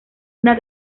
una